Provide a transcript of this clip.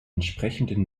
entsprechende